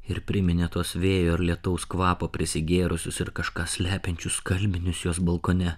ir priminė tuos vėjo ir lietaus kvapo prisigėrusius ir kažką slepiančius skalbinius jos balkone